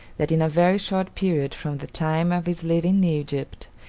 that in a very short period from the time of his leaving egypt,